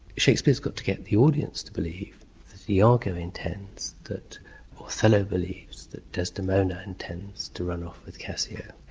shakespeare has got to get the audience to believe that iago intends that othello believes that desdemona intends to run off with cassio.